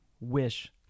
wish